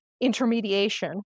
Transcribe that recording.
intermediation